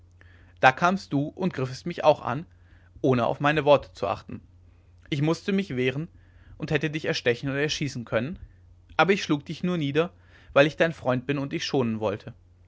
da kamst du und griffst mich auch an ohne auf meine worte zu achten ich mußte mich wehren und hätte dich erstechen oder erschießen können aber ich schlug dich nur nieder weil ich dein freund bin und dich schonen wollte